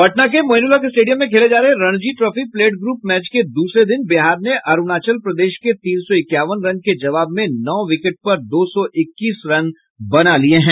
पटना के मोईनुलहक स्टेडियम में खेले जा रहे Ranji trophy plate group match के द्रसरे दिन बिहार ने अरूणाचल प्रदेश के तीन सौ इक्यावन रन के जवाब में नौ विकेट पर दो सौ इक्कीस रन बना लिये हैं